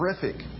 terrific